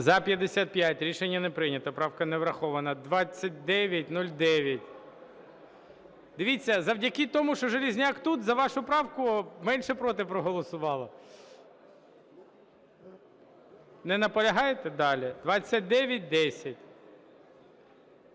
За-55 Рішення не прийнято, правка не врахована. 2909. Дивіться, завдяки тому, що Железняк тут, за вашу правку менше "проти" проголосувало. Не наполягаєте? Далі - 2910.